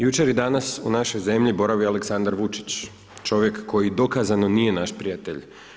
Jučer i danas u našoj zemlji boravi Aleksandar Vučić, čovjek koji dokazano nije naš prijatelj.